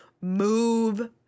Move